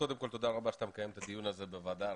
תודה רבה שאתה מקיים את הדיון הזה בוועדה הראשית.